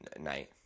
night